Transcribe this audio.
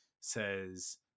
says